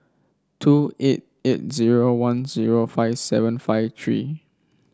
two eight eight zero one zero five seven five three